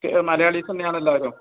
Malayalees തന്നെയാണെല്ലാവരും